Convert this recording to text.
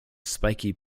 spiky